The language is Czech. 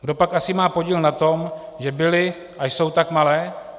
Kdopak asi má podíl na tom, že byly a jsou tak malé?